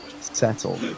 settle